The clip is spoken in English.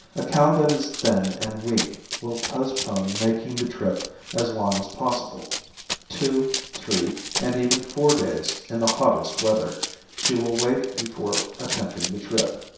a cow that is thin and weak will postpone making the trip as long as possible two, three and even four days in the hottest weather she will wait before attempting the trip.